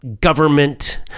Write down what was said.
government